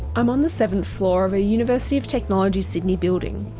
i'm on the seventh floor of a university of technology sydney building.